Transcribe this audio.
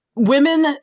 Women